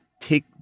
take